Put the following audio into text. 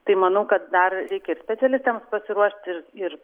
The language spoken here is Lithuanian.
tai manau kad dar reikės specialistams pasiruošti ir ir